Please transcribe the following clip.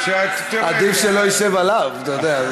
עדיף שלא ישב עליו, אתה יודע.